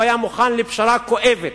הוא היה מוכן לפשרה כואבת,